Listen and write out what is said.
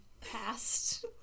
past